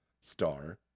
star